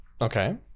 Okay